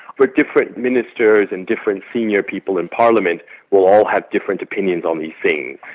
where different ministers and different senior people in parliament will all have different opinions on these things.